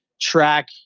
track